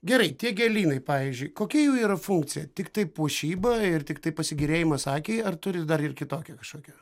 gerai tie gėlynai pavyzdžiui kokia jų yra funkcija tiktai puošyba ir tiktai pasigėrėjimas akiai ar turi dar ir kitokią kažkokią